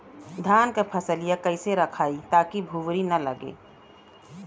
धान क फसलिया कईसे रखाई ताकि भुवरी न लगे?